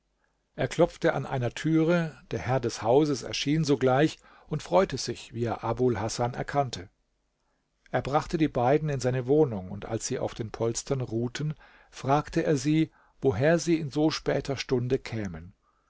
er klopfte an einer türe der herr des hauses erschien sogleich und freute sich wie er abul hasan erkannte er brachte die beiden in seine wohnung und als sie auf den polstern ruhten fragte er sie woher sie in so später stunde kämen